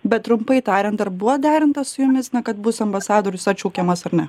bet trumpai tariant ar buvo derintas su jumis kad bus ambasadorius atšaukiamas ar ne